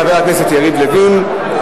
חבר הכנסת יריב לוין,